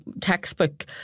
textbook